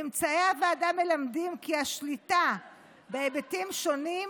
ממצאי הוועדה מלמדים כי השליטה בהיבטים שונים,